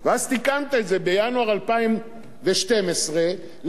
אז תיקנת את זה בינואר 2012 ל-221,